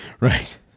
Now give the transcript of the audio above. right